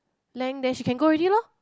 length then she can go already lor